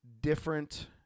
different –